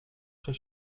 très